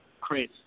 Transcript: Chris